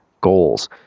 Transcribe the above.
goals